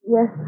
Yes